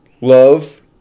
Love